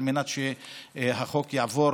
על מנת שהחוק יעבור